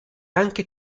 anche